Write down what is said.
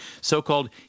so-called